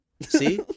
see